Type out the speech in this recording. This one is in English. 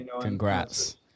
congrats